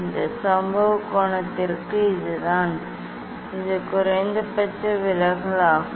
இந்த சம்பவ கோணத்திற்கு இதுதான் இது குறைந்தபட்ச விலகல் ஆகும்